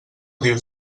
dius